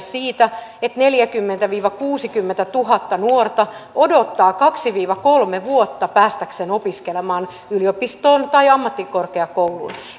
työuria siitä että neljäkymmentätuhatta viiva kuusikymmentätuhatta nuorta odottaa kaksi viiva kolme vuotta päästääkseen opiskelemaan yliopistoon tai ammattikorkeakouluun